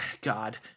God